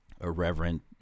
irreverent